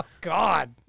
God